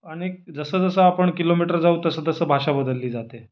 अनेक जसंजसं आपण किलोमीटर जाऊ तसंतसं भाषा बदली जाते